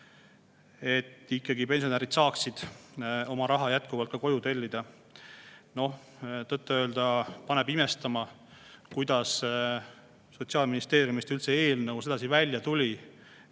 et pensionärid ikkagi saaksid oma raha jätkuvalt ka koju tellida. Tõtt-öelda paneb imestama, kuidas Sotsiaalministeeriumist üldse eelnõu sedasi välja tuli,